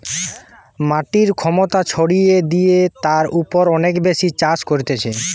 মাটির ক্ষমতা ছাড়িয়ে যদি তার উপর অনেক বেশি চাষ করতিছে